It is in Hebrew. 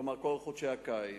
כלומר כל חודשי הקיץ.